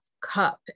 cup